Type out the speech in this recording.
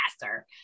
faster